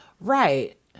Right